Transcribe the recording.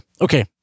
okay